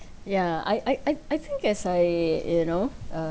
yeah I I I I think as I you know uh